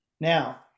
now